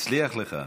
הצליח לך,